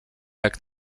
jak